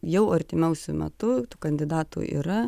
jau artimiausiu metu tų kandidatų yra